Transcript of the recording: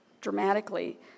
dramatically